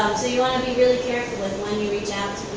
you wanna be really careful with when you reach out